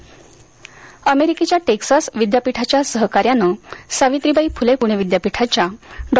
अभ्यास केंद्र अमेरिकेच्या टेक्सास विद्यापीठाच्या सहकार्यानं सावित्रीबाई फुले पुणे विद्यापीठाच्या डॉ